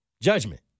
Judgment